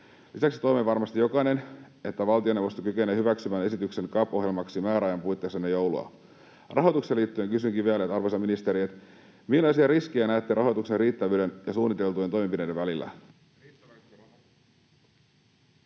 Lisäksi toivomme varmasti jokainen, että valtioneuvosto kykenee hyväksymään esityksen CAP-ohjelmaksi määräajan puitteissa ennen joulua. Rahoitukseen liittyen kysynkin vielä, arvoisa ministeri: Millaisia riskejä näette rahoituksen riittävyyden ja suunniteltujen toimenpiteiden välillä?